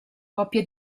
coppia